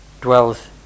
dwells